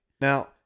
Now